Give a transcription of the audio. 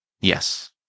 Yes